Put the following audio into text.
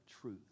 truth